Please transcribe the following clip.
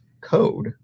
code